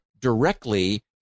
directly